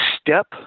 Step